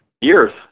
years